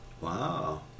Wow